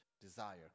desire